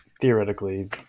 theoretically